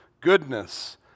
goodness